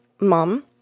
mom